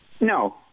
No